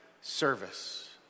service